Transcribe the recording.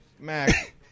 Mac